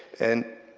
and,